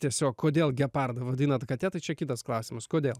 tiesiog kodėl gepardą vadinat katė tai čia kitas klausimas kodėl